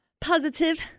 positive –